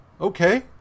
okay